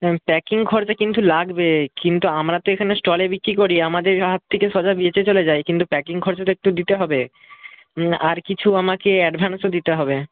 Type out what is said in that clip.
হুম packing খরচা কিন্তু লাগবে কিন্তু আমরা তো এখানে স্টলে বিক্রি করি আমাদের হাত থেকে সোজা বেচে চলে যায় কিন্তু প্যাকিং খরচাটা একটু দিতে হবে আর কিছু আমাকে অ্যাডভান্সও দিতে হবে